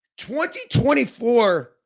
2024